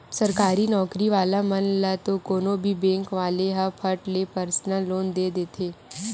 सरकारी नउकरी वाला मन ल तो कोनो भी बेंक वाले ह फट ले परसनल लोन दे देथे